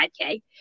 5K